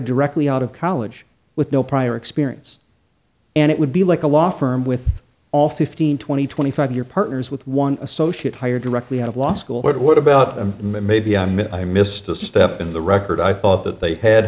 directly out of college with no prior experience and it would be like a law firm with all fifteen twenty twenty five year partners with one associate hired directly out of law school but what about maybe i missed a step in the record i thought that they had